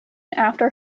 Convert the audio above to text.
after